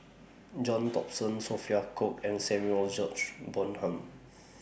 John Thomson Sophia Cooke and Samuel George Bonham